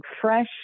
fresh